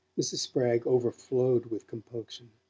mrs. spragg overflowed with compunction.